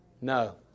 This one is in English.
no